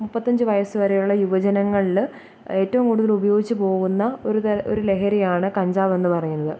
മുപ്പത്തഞ്ച് വയസ്സു വരെയുള്ള യുവജനങ്ങളിൽ ഏറ്റവും കൂടുതൽ ഉപയോഗിച്ചുപോകുന്ന ഒരു തര ഒരു ലഹരിയാണ് കഞ്ചാവെന്നു പറയുന്നത്